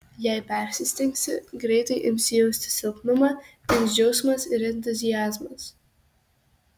jei persistengsi greitai imsi jausti silpnumą dings džiaugsmas ir entuziazmas